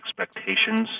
expectations